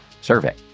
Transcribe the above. survey